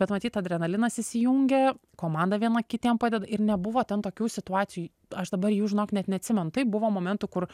bet matyt adrenalinas įsijungia komanda viena kitiem padeda ir nebuvo ten tokių situacijų aš dabar jų žinok net neatsimenu taip buvo momentų kur